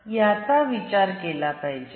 याचा विचार केला पाहिजॆ